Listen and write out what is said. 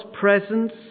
presence